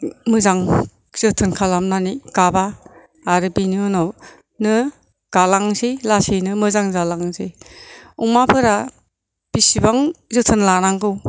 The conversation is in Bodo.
मोजां जोथोन खालामनानै गाबा आरो बेनि उनाव नो गालांनोसै लासैनो मोजां जालांनोसै अमाफोरा बिसिबां जोथोन लानांगौ